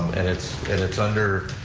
and it's and it's under,